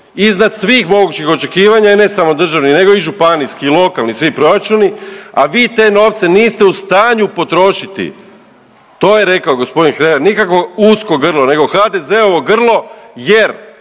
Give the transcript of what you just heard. iznad svih mogućih očekivanja i ne samo državni nego i županijski, lokalni, svi proračuni, a vi te novce niste u stanju potrošiti, to je rekao g. Hrebak, nikakvo usko grlo nego HDZ-ovo grlo jer